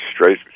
straight